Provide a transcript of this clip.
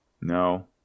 No